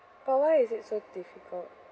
but why is it so difficult